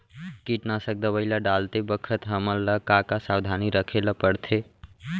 कीटनाशक दवई ल डालते बखत हमन ल का का सावधानी रखें ल पड़थे?